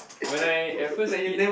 when I at first eat